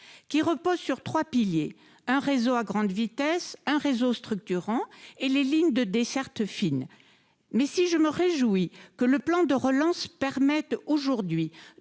qui repose sur 3 piliers : un réseau à grande vitesse, un réseau structurant et les lignes de dessertes fines mais si je me réjouis que le plan de relance permettent aujourd'hui